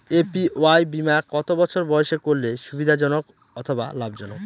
APY বীমা কত বছর বয়সে করলে সুবিধা জনক অথবা লাভজনক?